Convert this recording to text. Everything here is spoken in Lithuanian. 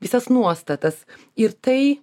visas nuostatas ir tai